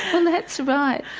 and that's right,